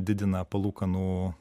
didina palūkanų